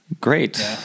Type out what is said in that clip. Great